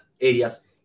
areas